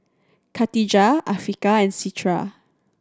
Katijah Afiqah and Citra